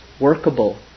workable